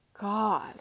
God